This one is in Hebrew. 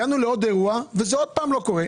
הגענו לעוד אירוע וזה עוד פעם לא קורה.